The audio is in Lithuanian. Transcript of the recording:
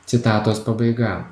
citatos pabaiga